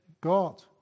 God